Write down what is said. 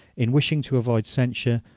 in wishing to avoid censure,